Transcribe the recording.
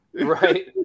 Right